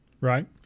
Right